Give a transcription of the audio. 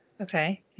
Okay